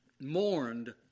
mourned